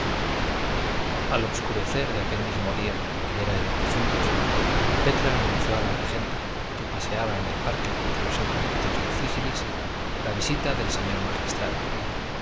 al obscurecer de aquel mismo día que era el de difuntos petra anunció a la regenta que paseaba en el parque entre los eucaliptus de frígilis la visita del sr magistral